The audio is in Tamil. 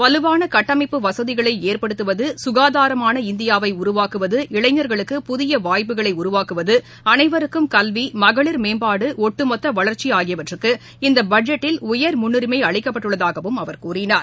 வலுவான கட்டமைப்பு வசதிகளை ஏற்படுத்துவது சுகாதாரமான இந்தியாவை உருவாக்குவது இளைஞர்களுக்கு புதிய வாய்ப்புகளை உருவாக்குவது அனைவருக்கும் கல்வி மகளிர் மேம்பாடு ஓட்டுமொத்த வளர்ச்சி ஆகியவற்றுக்கு இந்த பட்ஜெட்டில் உயர் முன்னுரிமை அளிக்கப்பட்டுள்ளதாகவும் அவர் கூறினார்